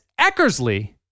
Eckersley